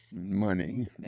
money